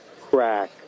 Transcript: crack